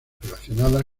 relacionada